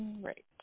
right